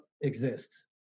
exists